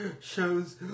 shows